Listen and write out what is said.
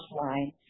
line